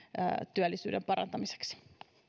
työllisyyden parantamiseksi